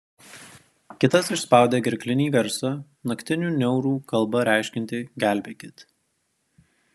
kitas išspaudė gerklinį garsą naktinių niaurų kalba reiškiantį gelbėkit